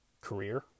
career